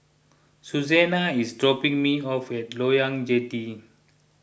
Susanna is dropping me off at Loyang Jetty